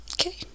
Okay